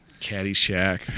Caddyshack